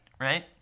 right